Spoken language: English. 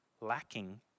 lacking